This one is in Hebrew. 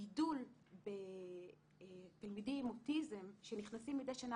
הגידול בתלמידים עם אוטיזם שנכנסים מדי שנה